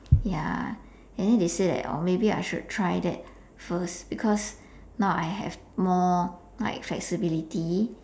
ya and then they say that oh maybe I should try that first because now I have more like flexibility